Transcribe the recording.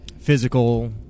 physical